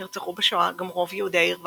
נרצחו בשואה גם רוב יהודי העיר ורשה.